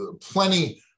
plenty